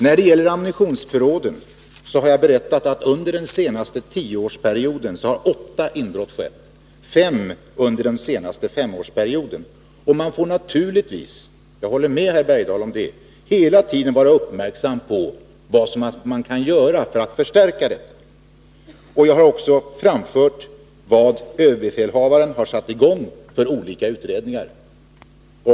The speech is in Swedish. När det gäller ammunitionsförråden har jag berättat att under den senaste tioårsperioden har åtta inbrott skett; fem under den senaste femårsperioden. Man får naturligtvis— jag håller med herr Bergdahl om det — hela tiden vara uppmärksam på vad man kan göra för att förstärka förråden. Jag har också framfört vilka olika utredningar överbefälhavaren har satt i gång.